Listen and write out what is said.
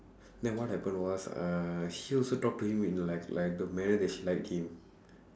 then what happened was uh she also talk to him in like like the manner that she liked him